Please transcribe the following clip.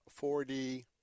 4D